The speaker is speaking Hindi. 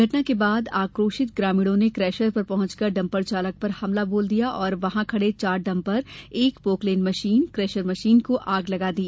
घटना के बाद आकोशित ग्रामीणों ने केशर पर पहंचकर डंपर चालक पर हमला बोल दिया और वहां खड़े चार डंपर एक पोकलेन मशीन केशर मशीन को पेट्रोल डाल कर आग लगा दी